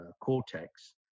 cortex